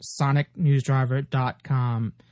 SonicNewsDriver.com